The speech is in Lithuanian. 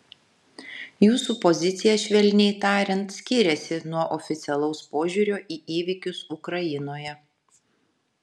jūsų pozicija švelniai tariant skiriasi nuo oficialaus požiūrio į įvykius ukrainoje